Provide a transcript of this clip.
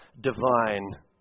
divine